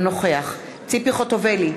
אינו נוכח ציפי חוטובלי,